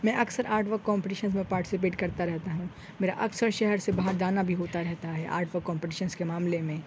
میں اکثر art work competitions میں پارٹیسپیٹ کرتا رہتا ہوں میرا اکثر شہر سے باہر جانا بھی ہوتا رہتا ہے آرٹ ورک کمپٹیشنس کے معاملے میں